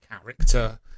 character